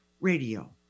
Radio